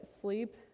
sleep